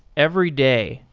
every day,